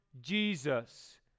Jesus